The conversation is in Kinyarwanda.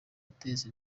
guteza